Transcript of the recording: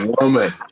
woman